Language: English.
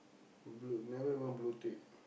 blue never even blue tick